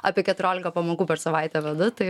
apie keturiolika pamokų per savaitę vedu tai